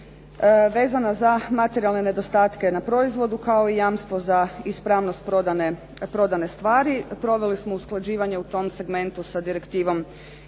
vezana za materijalne nedostatke na proizvodu kao i jamstvo za ispravnost prodane stvari. Proveli smo usklađivanje u tom segmentu sa direktivom